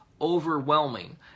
overwhelming